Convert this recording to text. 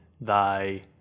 thy